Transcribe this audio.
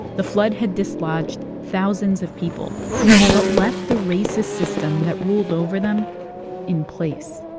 the flood had dislodged thousands of people but left the racist system that ruled over them in place